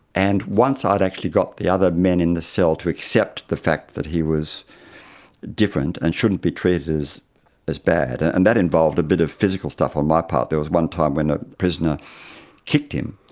and once ah i'd actually got the other men in the cell to accept the fact that he was different and shouldn't be treated as as bad, and that involved a bit of physical stuff on my part, there was one time when a prisoner kicked him,